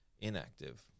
inactive